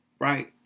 right